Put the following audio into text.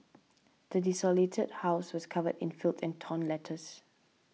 the desolated house was covered in filth and torn letters